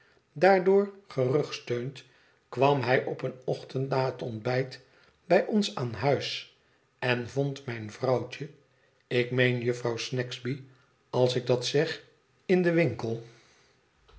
daardoor gerugsteund kwam hij op een ochtend na het ontbijt bij ons aan huis en vond mijn vrouwtje ik meen jufvrouw snagsby als ik dat zeg in den winkel